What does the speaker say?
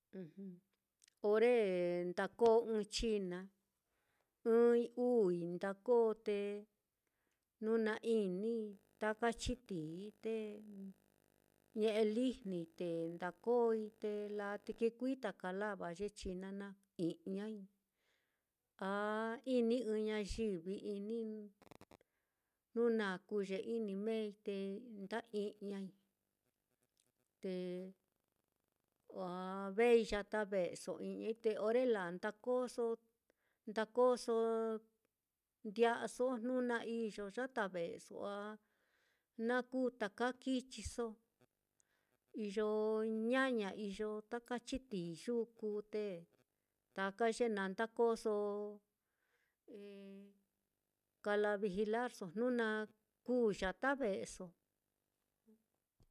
Ore nkako ɨ́ɨ́n china, ɨ́ɨ́n-ite vei yata ve'eso i'jñai uui, ndako, te jnu na inii taka chitií te ñe'e lijnii te ndokoi, te laa te ki kuita lavaka ye china naá i'jñai a iniii ɨ́ɨ́n ñayivi inii, jnu na kuu ye ini meei te nda i'jñai. te wa vei yata ve'eso ijñai te orre laa te ndokoso, ndakoso ndia'aso, jnu na iyo yata ve'eso, a na kuu taka kichiso, iyo ñaña iyo taka chií yuku te taka ye naá ndakoso kala vigilarso jnu na kuu yata ve'eso.